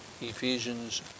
Ephesians